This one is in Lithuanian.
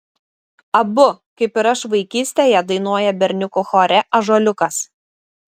abu kaip ir aš vaikystėje dainuoja berniukų chore ąžuoliukas